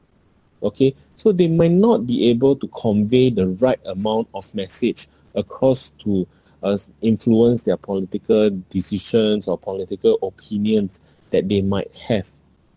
okay so they might not be able to convey the right amount of message across to us influence their political decisions or political opinions that they might have